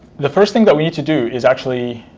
the first thing that we need to do is actually